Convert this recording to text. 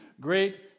great